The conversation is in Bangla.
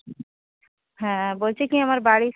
হ্যাঁ বলছি কি আমার বাড়ির